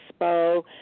expo